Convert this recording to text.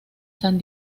san